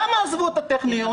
למה עזבו?